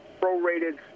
prorated